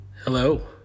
Hello